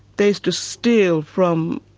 they used to steal from